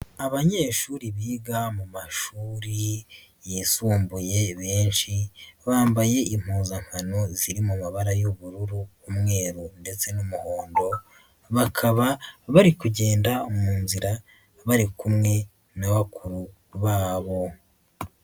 Abanyeshuri biga mu mashuri yisumbuye benshi, bambaye impuzankano ziri mu mabara y'ubururu, umweru ndetse n'umuhondo, bakaba bari kugenda mu nzira, bari kumwe n'abakuru babo.